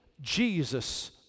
Jesus